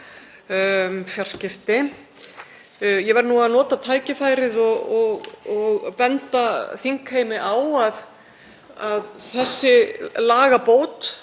fjarskipti. Ég verð að nota tækifærið og benda þingheimi á að þessi lagabót